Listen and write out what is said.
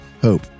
hope